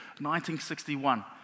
1961